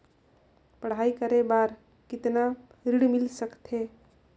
पढ़ाई करे बार कितन ऋण मिल सकथे?